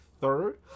third